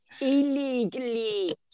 Illegally